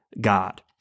God